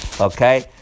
Okay